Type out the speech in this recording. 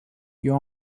you